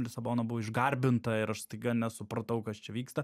lisabona buvo išgarbinta ir aš staiga nesupratau kas čia vyksta